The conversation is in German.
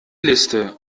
liste